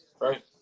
Right